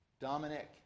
Dominic